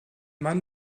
mann